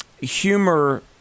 humor